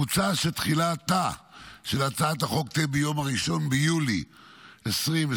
מוצע שתחילתה של הצעת החוק תהיה ביום 1 ביולי 2024,